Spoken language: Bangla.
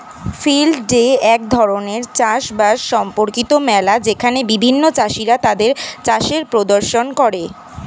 ফিল্ড ডে এক ধরণের চাষ বাস সম্পর্কিত মেলা যেখানে বিভিন্ন চাষীরা তাদের চাষের প্রদর্শন করে